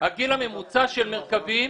הגיל הממוצע של עובדי מרכבים